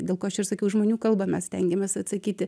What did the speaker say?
dėl ko aš ir sakiau žmonių kalba mes stengiamės atsakyti